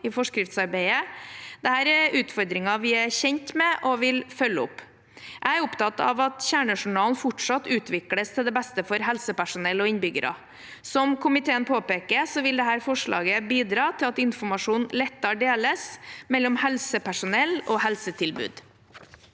i forskriftsarbeidet. Dette er utfordringer vi er kjent med og vil følge opp. Jeg er opptatt av at kjernejournalen fortsatt utvikles til det beste for helsepersonell og innbyggere. Som komiteen påpeker, vil dette forslaget bidra til at informasjon lettere deles mellom helsepersonell og helsetilbud.